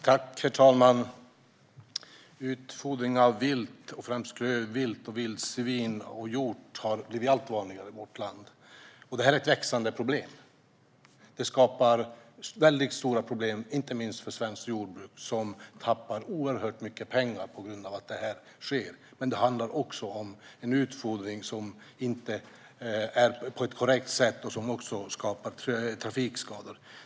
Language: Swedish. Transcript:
Herr talman! Utfodring av vilt, främst vildsvin och hjort, har blivit allt vanligare i vårt land och är ett växande problem. Det skapar stora problem, inte minst för svenskt jordbruk, som tappar oerhört mycket pengar på grund av att det sker. Det handlar också om en utfodring som inte sker på ett korrekt sätt och som skapar trafikskador.